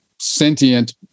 sentient